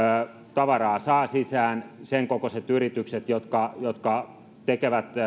tavaraa saavat sisään sen kokoiset yritykset jotka jotka tekevät